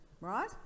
Right